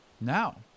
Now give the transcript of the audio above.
Now